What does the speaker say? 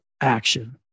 action